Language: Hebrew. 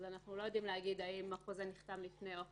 אז אנחנו לא יודעים להגיד האם החוזה נחתם לפני או אחרי,